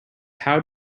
how